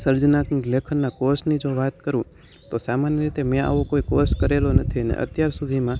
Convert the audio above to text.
સર્જનાત્મક લેખનના કોર્ષની જો હું વાત કરું તો સામાન્ય રીતે મેં આવો કોઈ કોર્ષ કરેલો નથી ને અત્યાર સુધીમાં